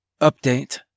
Update